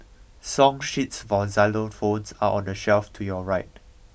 song sheets for xylophones are on the shelf to your right